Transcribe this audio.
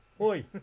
Oi